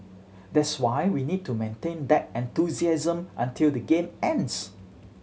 that's why we need to maintain that enthusiasm until the game ends